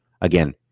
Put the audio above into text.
Again